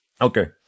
Okay